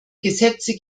gesetze